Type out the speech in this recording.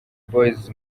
boyz